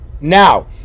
now